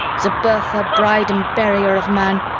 the birther, bride, and burier of man!